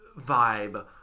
vibe